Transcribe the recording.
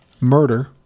murder